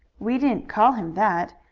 we didn't call him that,